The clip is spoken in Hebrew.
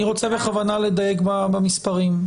אני רוצה בכוונה לדייק במספרים.